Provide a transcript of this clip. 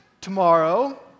tomorrow